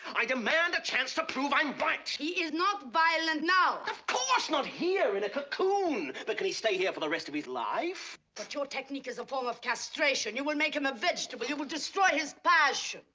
i demand a chance to prove i'm right! he is not violent now! of course! not here in a cocoon! but could he stay here for the rest of his life? but your technique is a form of castration. you will make him a vegetable. you will destroy his passion.